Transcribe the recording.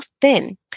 thin